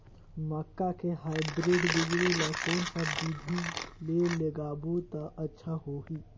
मक्का के हाईब्रिड बिजली ल कोन सा बिधी ले लगाबो त अच्छा होहि?